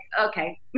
okay